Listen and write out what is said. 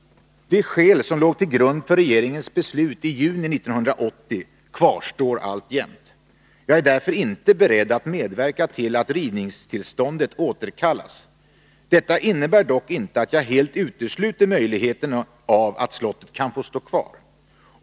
De skäl som låg till grund för regeringens beslut i juni 1980 kvarstår alltjämt. Jag är därför inte beredd att medverka till att rivningstillståndet återkallas. Detta innebär dock inte att jag helt utesluter möjligheten av att slottet kan får stå kvar.